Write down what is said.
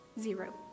Zero